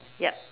yup